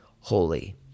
holy